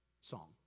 song